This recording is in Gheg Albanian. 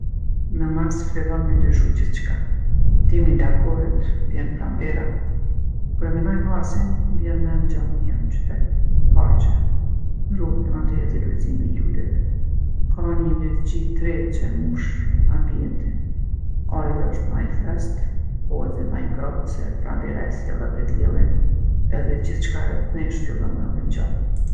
Në mars fillon me ndryshu gjithçka. Dimri largohet, vjen pranvera. Kur e menoj marsin, m'bjen men gjallnia n'qytet, n'parqe, n'rrugë e mandej edhe lulzimi i luleve. Ka ni energji t're që e mush ambijentin. Ajri osht ma i fresktë, po edhe ma i ngrohtë se pranvera e sjellë edhe diellin edhe ghithçka rreth nesh fillon me u ringjallë.